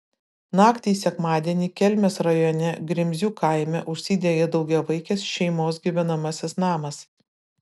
naktį į sekmadienį kelmės rajone grimzių kaime užsidegė daugiavaikės šeimos gyvenamasis namas